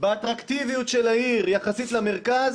באטרקטיביות של העיר יחסית למרכז,